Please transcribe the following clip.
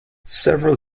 several